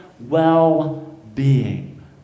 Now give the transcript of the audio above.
well-being